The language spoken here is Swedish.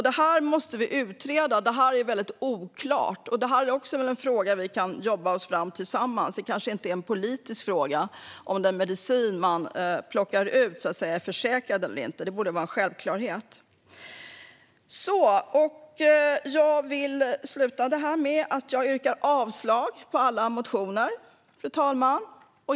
Det måste vi utreda, för det är väldigt oklart. Det är en fråga vi kan jobba med tillsammans. Det kanske inte är en politisk fråga om den medicin man plockar ut är försäkrad eller inte. Det borde vara en självklarhet. Fru talman! Jag vill avsluta med att yrka avslag på alla motioner.